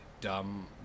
dumb